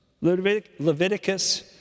Leviticus